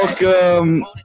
Welcome